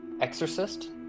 Exorcist